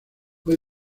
fue